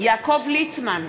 יעקב ליצמן,